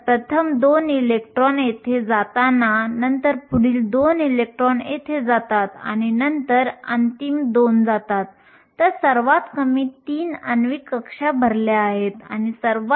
त्याच वेळी इलेक्ट्रॉन देखील व्हॅलेन्स बँडमध्ये परत येतात आणि छिद्रांसह पुन्हा एकत्र होतात जेणेकरून ते देखील काढून टाकले जातात